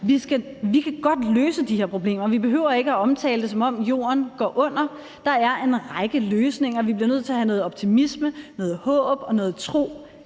Vi kan godt løse de her problemer. Vi behøver ikke at omtale det, som om Jorden går under. Der er en række løsninger. Vi bliver nødt til at have noget optimisme, noget håb og noget tro